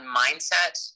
mindset